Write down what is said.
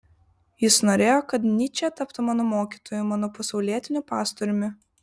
jis norėjo kad nyčė taptų mano mokytoju mano pasaulietiniu pastoriumi